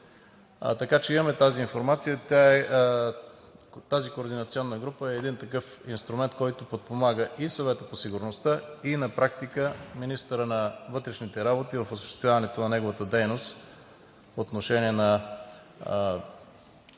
така че имаме тази информация. Тази координационна група е такъв инструмент, който подпомага и Съвета по сигурността, и на практика министъра на вътрешните работи в осъществяването на неговата дейност по отношение на